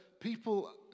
people